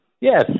Yes